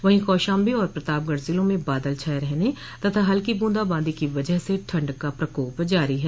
वहीं कौशाम्बी और प्रतापगढ़ जिलों में बादल छाये रहने तथा हल्की बूंदाबांदी की वजह से ठंड का प्रकोप जारी है